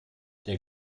der